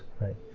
right